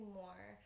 more